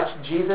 Jesus